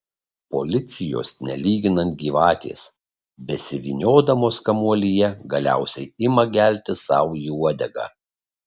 policijos nelyginant gyvatės besivyniodamos kamuolyje galiausiai ima gelti sau į uodegą